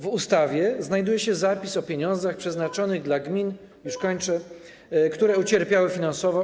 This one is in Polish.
W ustawie znajduje się zapis o pieniądzach przeznaczonych dla gmin - już kończę - które ucierpiały finansowo.